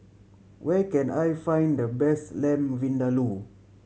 where can I find the best Lamb Vindaloo